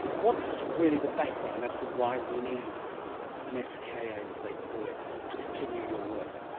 what's really the background as to why we need an ska, as they call it, to continue your work?